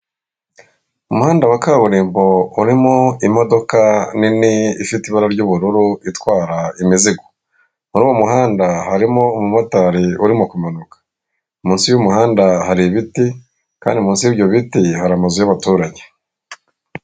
Umuhanda wa kaburimbo urimo imodoka nini ifite ibara ry'ubururu itwara imizigo muri uwo muhanda harimo umumotari urimo kumanuka munsi y'umuhanda hari ibiti kandi munsi y'byo biti hari amazu y'abaturanyi.